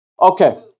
Okay